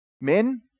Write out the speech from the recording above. men